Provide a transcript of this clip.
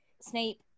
Snape